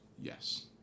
Yes